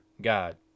God